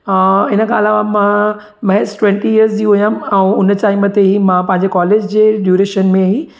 ऐं इन खां अलावा मां महज़ ट्वेंटी यीअर्स जी हुयमि ऐं उन टाईम में मां पंहिंजे कॉलेज जे ड्यूरेशन में ई